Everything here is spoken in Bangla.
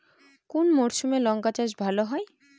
কোন মরশুমে লঙ্কা চাষ ভালো হয়?